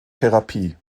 therapie